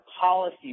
policy